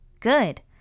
Good